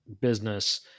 business